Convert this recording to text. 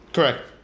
Correct